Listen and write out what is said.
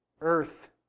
earth